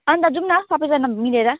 अन्त जाउँ न सबैजना मिलेर